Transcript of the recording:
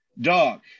Dog